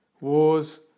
wars